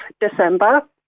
December